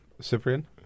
Cyprian